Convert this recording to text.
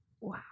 Wow